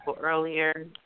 earlier